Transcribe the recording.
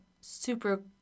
super